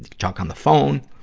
talk on the phone.